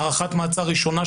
הארכת מעצר ראשונה,